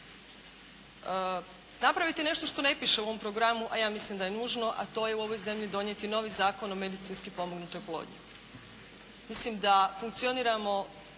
napraviti nešto što ne piše u ovom programu a ja mislim da je nužno a to je u ovoj zemlji donijeti novi Zakon o medicinski pomognutoj oplodnji. Mislim da funkcioniramo